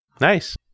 Nice